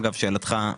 לשאלתך,